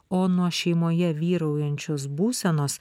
o nuo šeimoje vyraujančios būsenos